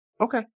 Okay